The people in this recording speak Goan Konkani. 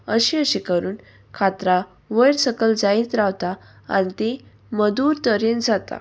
अशी अशी करून कांतरां वयर सकयल जायत रावता आनी तीं मदूर तरेन जाता